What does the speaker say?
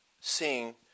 seeing